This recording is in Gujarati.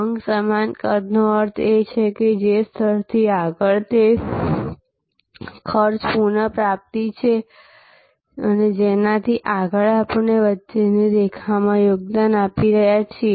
ભંગ સમાન કદનો અર્થ એ છે કે જે સ્તરથી આગળ તે ખર્ચ પુનઃપ્રાપ્તિ છે અને જેનાથી આગળ આપણે વચ્ચેની રેખામાં યોગદાન આપી રહ્યા છીએ